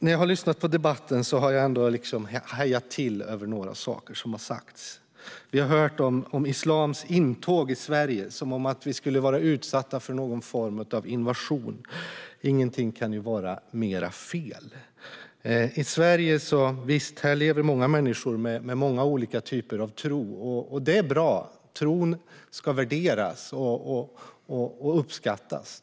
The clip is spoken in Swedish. När jag lyssnade på debatten hajade jag till över några saker som sas. Vi har hört om islams intåg i Sverige, som att vi skulle vara utsatta för någon form av invasion. Inget kan vara mer fel. I Sverige lever många människor med många olika typer av tro, och det är bra. Tron ska värderas och uppskattas.